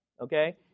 Okay